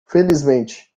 felizmente